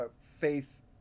faith